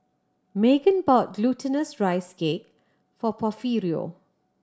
Meghann bought Glutinous Rice Cake for Porfirio